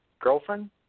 girlfriend